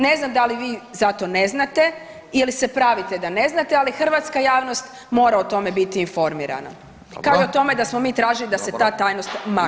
Ne znam da li vi za to ne znate ili se pravite da ne znate, ali hrvatska javnost mora o tome biti informirana … [[ne razumije se]] u tome da smo mi tražili da se ta tajnost makne.